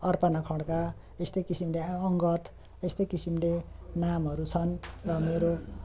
अर्पणा खडका यस्तै किसिमले अङ्गत यस्तै किसिमले नामहरू छन् र मेरो